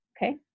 Okay